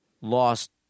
lost